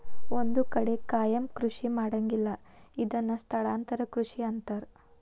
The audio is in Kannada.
ಒಂದ ಕಡೆ ಕಾಯಮ ಕೃಷಿ ಮಾಡಂಗಿಲ್ಲಾ ಇದನ್ನ ಸ್ಥಳಾಂತರ ಕೃಷಿ ಅಂತಾರ